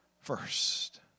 first